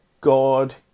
God